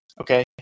okay